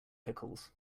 pickles